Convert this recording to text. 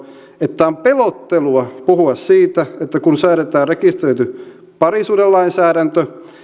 että on pelottelua puhua siitä että kun säädetään rekisteröity parisuhdelainsäädäntö